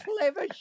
clever